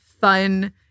fun